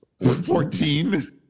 14